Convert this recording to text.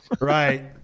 right